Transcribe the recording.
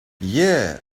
yeah